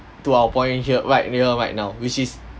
to our right here right now which is